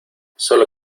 solo